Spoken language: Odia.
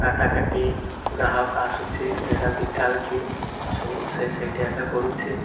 କାଟା କାଟି ଗ୍ରାହକ ଆସୁଛି ସେଇଟା ବିକା ବିକି ସବୁ ସେ ସେଇଠି ଏକା କରୁଛି